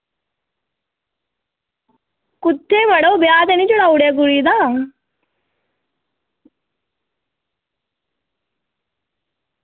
कुत्थें मड़ो ब्याह् ते निं जुड़ाई ओड़ेआ कोई तां